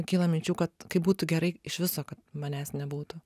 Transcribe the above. kyla minčių kad kaip būtų gerai iš viso kad manęs nebūtų